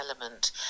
element